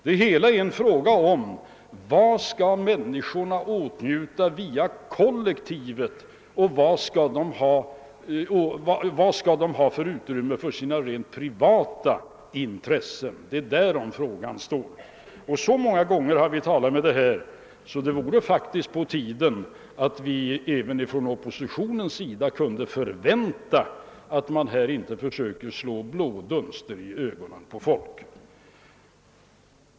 Det hela är bara en fråga om vilka förmåner människorna skall åtnjuta kollektivt och vilket utrymme de skall ha för att tillgodose sina rent privata intressen. Vi har talat om detta så många gånger att jag tycker det vore på tiden att oppositionen slutade att försöka slå blå dunster i ögonen på folk.